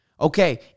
okay